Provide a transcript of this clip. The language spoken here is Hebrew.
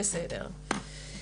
אוקיי, בסדר.